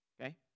okay